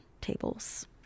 tables